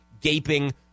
gaping